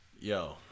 Yo